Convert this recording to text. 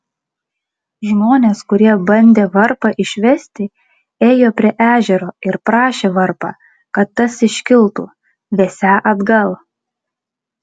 žmonės kurie bandė varpą išvesti ėjo prie ežero ir prašė varpą kad tas iškiltų vesią atgal